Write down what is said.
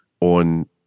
on